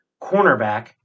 cornerback